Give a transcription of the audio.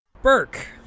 Burke